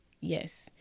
Yes